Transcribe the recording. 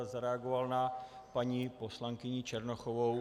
Zareagoval bych na paní poslankyni Černochovou.